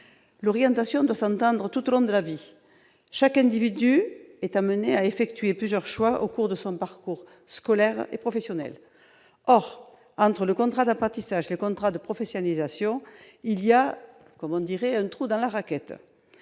L'orientation doit s'entendre tout au long de la vie. Chaque individu est appelé à effectuer plusieurs choix au cours de son parcours scolaire et professionnel. Or, entre le contrat d'apprentissage et le contrat de professionnalisation, il y a comme qui dirait un trou dans la raquette